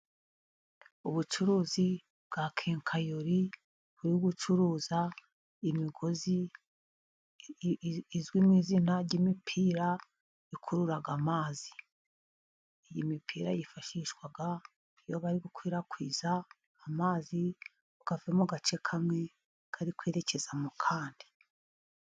Ubucuruzi bwa kenkayori, buri gucuruza imigozi izwi mu izina ry'imipira ikururaga amazi. Iyi mipira yifashishwa iyo bari gukwirakwiza amazi, ngo ave mu gace kamwe, ari kwerekeza mu kandi.